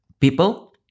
people